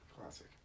classic